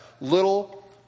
little